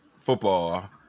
football